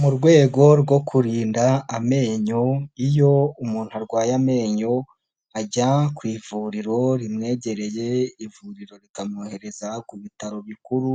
Mu rwego rwo kurinda amenyo, iyo umuntu arwaye amenyo ajya ku ivuriro rimwegereye, ivuriro rikamwohereza ku bitaro bikuru,